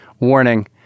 Warning